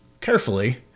carefully